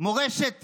מורשת ישראל,